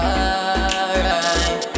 alright